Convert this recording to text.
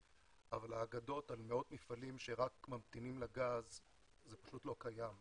אבל האגדות על מאות מפעלים שרק ממתינים לגז פשוט לא קיימות.